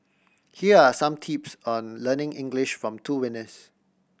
here are some tips on learning English from two winners